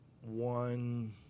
one